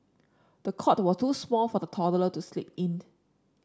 the cot was too small for the toddler to sleep in